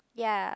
ya